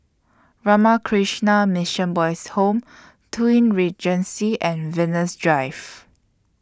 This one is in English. Ramakrishna Mission Boys' Home Twin Regency and Venus Drive